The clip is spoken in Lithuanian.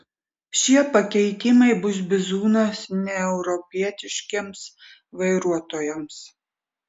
šie pakeitimai bus bizūnas neeuropietiškiems vairuotojams